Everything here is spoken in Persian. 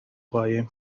قایم